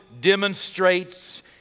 demonstrates